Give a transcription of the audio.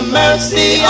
mercy